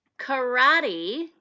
Karate